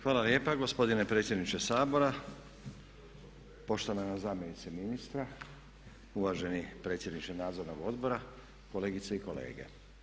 Hvala lijepa gospodine predsjedniče Sabora, poštovana zamjenice ministra, uvaženi predsjedniče nadzornog odbora, kolegice i kolege.